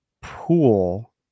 pool